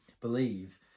believe